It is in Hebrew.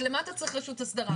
אז למה אתה צריך רשות הסדרה?